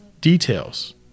Details